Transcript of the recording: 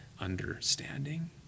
understanding